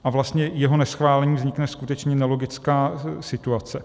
A vlastně jeho neschválením vznikne skutečně nelogická situace.